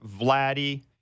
Vladdy